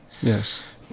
Yes